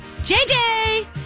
JJ